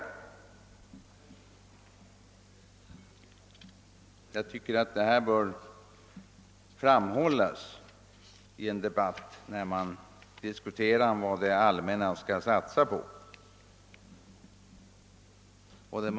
Jag tycker att detta bör framhållas när man nu diskuterar att det allmänna skall satsa på ett samarbete.